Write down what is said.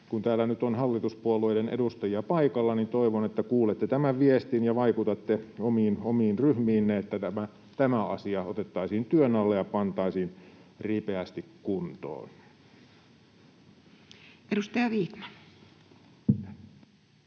kun täällä nyt on hallituspuolueiden edustajia paikalla, niin toivon, että kuulette tämän viestin ja vaikutatte omiin ryhmiinne, että tämä asia otettaisiin työn alle ja pantaisiin ripeästi kuntoon. [Speech 216]